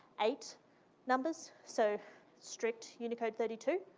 eight numbers, so strict unicode thirty two,